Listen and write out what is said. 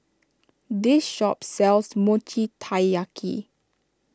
this shop sells Mochi Taiyaki